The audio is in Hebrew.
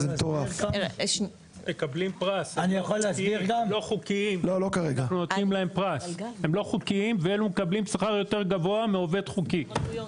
הם לא חוקיים ונותנים להם פרס; הם מקבלים שכר יותר גבוה מעובד חוקי.